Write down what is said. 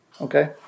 okay